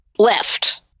Left